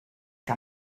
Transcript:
que